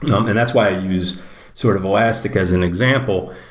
um and that's why i use sort of elastic as an example,